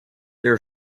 there